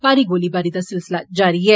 भारी गोलीबारी दा सिलसिला जारी ऐ